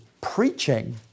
preaching